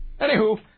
Anywho